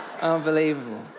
Unbelievable